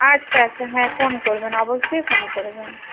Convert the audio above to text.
আচ্ছা আচ্ছা হ্যাঁ ফোন করবেন অবশ্যই ফোন করবেন